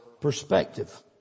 perspective